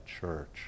church